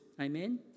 Amen